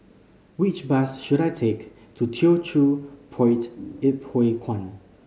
which bus should I take to Teochew Poit Ip Huay Kuan